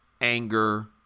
anger